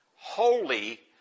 Holy